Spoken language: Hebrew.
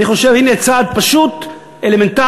אני חושב: הנה צעד פשוט ואלמנטרי,